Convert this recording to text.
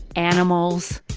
animals,